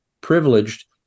privileged